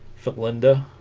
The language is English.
but linda